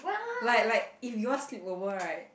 like like if you all sleepover right